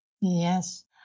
Yes